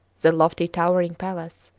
the lofty towering palace,